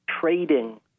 trading